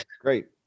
great